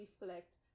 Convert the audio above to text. reflect